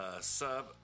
Sub